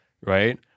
right